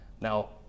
Now